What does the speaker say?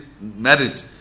marriage